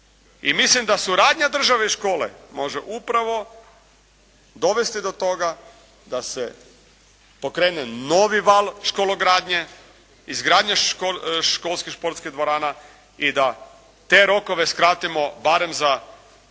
I mislim da suradnja države i škole može upravo dovesti do toga da se pokrene novi val školo gradnje, izgradnje školskih športskih dvorana i da te rokove skratimo barem za